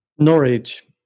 norwich